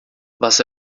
was